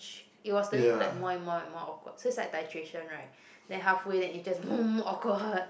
it was turning like more and more and more awkward so it's like titration right then halfway then it just boom awkward